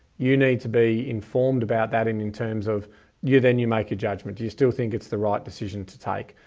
you need to be informed about that in in terms of you then you make a judgment, do you still think it's the right decision to take?